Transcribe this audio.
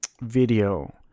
video